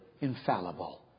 infallible